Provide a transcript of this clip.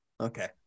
Okay